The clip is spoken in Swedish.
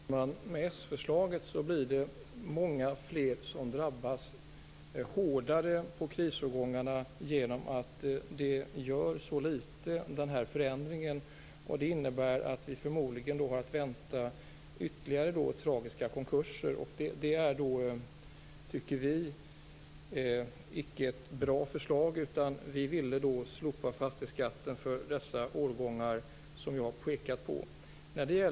Herr talman! Med det socialdemokratiska förslaget blir det många fler som drabbas hårdare i krisårgångarna genom att den här förändringen gör så litet. Det innebär att vi förmodligen har att vänta ytterligare tragiska konkurser. Det tycker vi inte är ett bra förslag. Vi ville slopa fastighetsskatten för de årgångar som jag har pekat på.